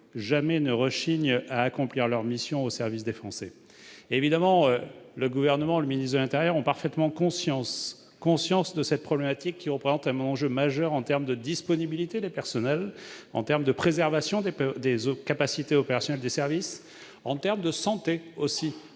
jamais, ils ne rechignent à accomplir leur mission au service des Français. Évidemment, le Gouvernement, en particulier le ministre de l'intérieur, a parfaitement conscience de cette problématique qui représente un enjeu majeur en termes de disponibilité des personnels, de préservation des capacités opérationnelles des services, de santé pour